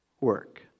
work